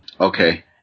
Okay